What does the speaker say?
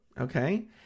Okay